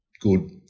good